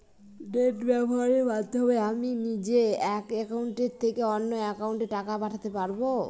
Net ব্যবহারের মাধ্যমে আমি নিজে এক অ্যাকাউন্টের থেকে অন্য অ্যাকাউন্টে টাকা পাঠাতে পারব?